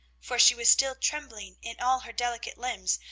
for she was still trembling in all her delicate limbs,